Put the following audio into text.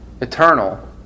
eternal